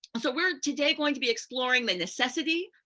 so we're today going to be exploring the necessity,